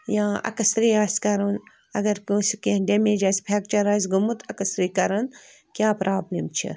یا اٮ۪کٕسرے آسہِ کَرُن اگر کٲنٛسہِ کیٚنٛہہ ڈٮ۪میج آسہِ فٮ۪کچر آسہِ گوٚمُت اٮ۪کٕسرے کَران کیٛاہ پرٛابلِم چھِ